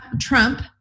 Trump